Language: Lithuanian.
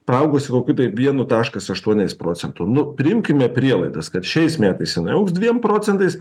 paaugusi kokiu tai vienu taškas aštuoniais procentu nu priimkime prielaidas kad šiais metais jinai augs dviem procentais